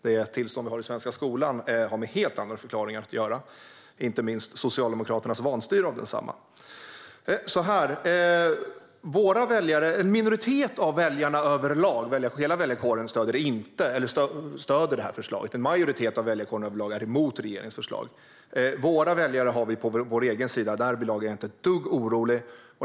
Det tillstånd vi har i den svenska skolan har helt andra förklaringar, inte minst Socialdemokraternas vanstyre av densamma. En minoritet av hela väljarkåren stöder det här förslaget. En majoritet av väljarkåren är överlag emot regeringens förslag. Våra väljare har vi på vår egen sida - därvidlag är jag inte ett dugg orolig.